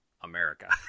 America